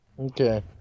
Okay